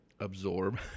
Absorb